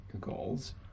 goals